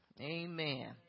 Amen